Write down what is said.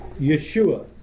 Yeshua